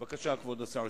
בבקשה, כבוד השר.